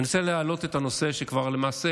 אני רוצה להעלות את הנושא שיש כבר למעשה